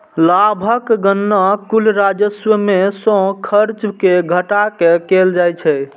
लाभक गणना कुल राजस्व मे सं खर्च कें घटा कें कैल जाइ छै